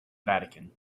vatican